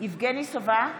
יבגני סובה,